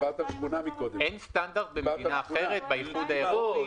אין סטנדרט במדינה אחרת באיחוד האירופאי?